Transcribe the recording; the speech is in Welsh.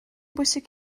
bwysig